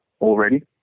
already